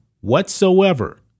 whatsoever